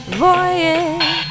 voyage